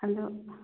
ꯑꯗꯨ